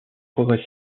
progrès